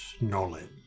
knowledge